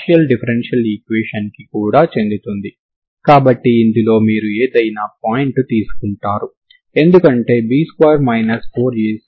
ఎందుకంటే రెండు చరరాశులు x మరియు t లలో రెండవ ఆర్డర్ అయిన తరంగ సమీకరణాన్ని ఇది సంతృప్తి పరుస్తుంది